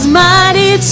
mighty